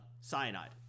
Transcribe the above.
cyanide